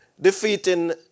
defeating